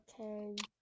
Okay